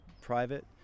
private